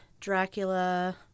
Dracula